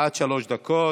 עד שלוש דקות.